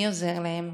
מי עוזר להם?